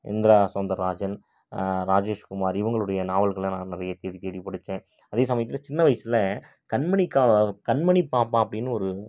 இந்திரா சௌந்தர் ராஜன் ராஜேஷ் குமார் இவங்களுடைய நாவல்கள நான் நிறைய தேடி தேடி படித்தேன் அதே சமயத்தில் சின்ன வயசில் கண்மணி கா கண்மணி பாப்பா அப்படினு ஒரு